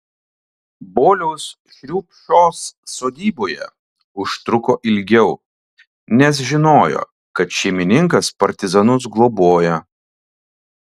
boliaus šriupšos sodyboje užtruko ilgiau nes žinojo kad šeimininkas partizanus globoja